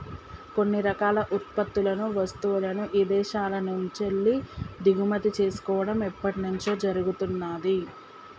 కొన్ని రకాల ఉత్పత్తులను, వస్తువులను ఇదేశాల నుంచెల్లి దిగుమతి చేసుకోడం ఎప్పట్నుంచో జరుగుతున్నాది